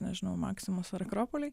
nežinau maksimos ar akropoliai